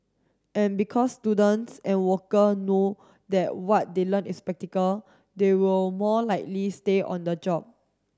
and because students and worker know that what they learn is practical they will more likely stay on the job